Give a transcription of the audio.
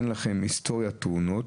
אם אין לכם היסטוריית תאונות,